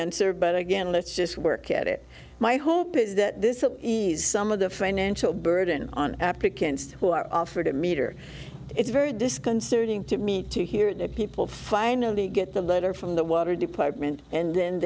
answer but again let's just work at it my hope is that this at ease some of the financial burden on applicants who are offered a meter it's very disconcerting to me to hear that people finally get the letter from the water department and then